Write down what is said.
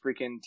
freaking